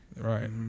Right